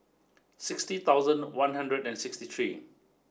sixty thousand one hundred and sixty three